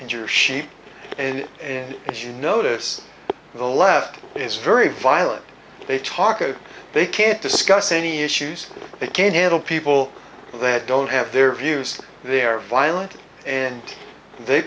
sheep and as you notice the left is very violent they talk a they can't discuss any issues they can't handle people that don't have their views they're violent and they